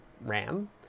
RAM